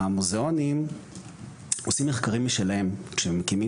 המוזיאונים עושים מחקרים משלהם כשהם מקימים